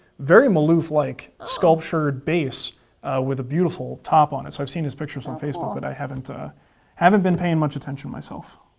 very maloof-like sculptured base with a beautiful top on it. i've seen his pictures on facebook, but i haven't ah haven't been paying much attention myself.